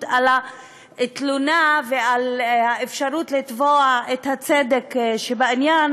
על התלונה ועל האפשרות לתבוע את הצדק שבעניין,